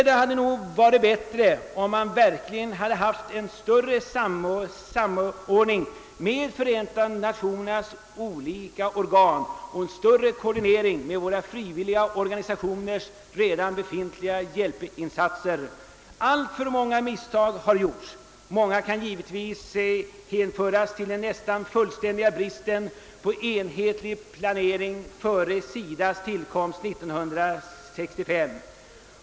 Det hade varit bättre om vi haft en större samordning med Förenta Nationernas olika organ och en bättre koordinering med våra frivilliga organisationers redan insatta hjälpinsatser. Alltför många misstag har gjorts. Många kan givetvis hänföras till den nästan fullständiga bristen på enhetlig planering före SIDA:s tillkomst 1965.